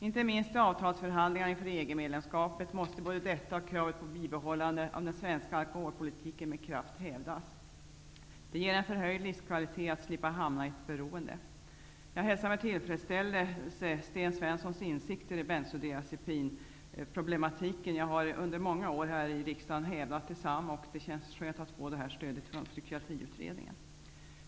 Inte minst i avtalsförhandlingarna inför EG-medlem skapet måste både detta och kravet på bibehållan det av den svenska alkoholpolitiken med kraft hävdas. Det ger en förhöjd livskvalitet att slippa hamna i ett beroende. Jag hälsar med tillfredsställelse Sten Svenssons insikter i Bensodiazepinproblematiken. Jag har under många år i riksdagen hävdat detsamma. Det känns skönt att få detta stöd från Psykiatriut redningen.